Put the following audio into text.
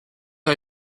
are